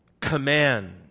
command